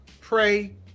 pray